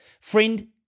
Friend